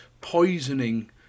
poisoning